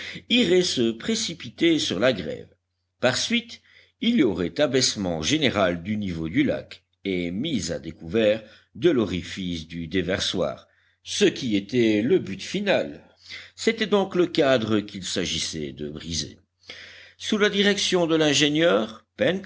irait se précipiter sur la grève par suite il y aurait abaissement général du niveau du lac et mise à découvert de l'orifice du déversoir ce qui était le but final c'était donc le cadre qu'il s'agissait de briser sous la direction de l'ingénieur